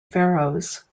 pharaohs